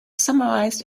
summarized